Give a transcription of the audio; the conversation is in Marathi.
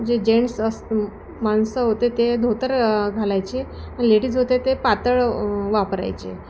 जे जेंट्स असं माणसं होते ते धोतर घालायचे लेडीज होते ते पातळ वापरायचे